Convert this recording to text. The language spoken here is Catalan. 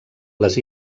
les